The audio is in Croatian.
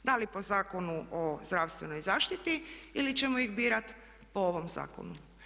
Da li po Zakonu o zdravstvenoj zaštiti ili ćemo ih birati po ovom zakonu?